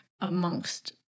amongst